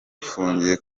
afungiye